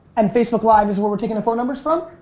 and facebook live is where we're taking the phone numbers from?